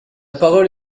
parole